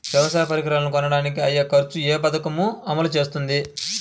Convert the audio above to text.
వ్యవసాయ పరికరాలను కొనడానికి అయ్యే ఖర్చు ఏ పదకము అమలు చేస్తుంది?